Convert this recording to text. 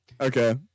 Okay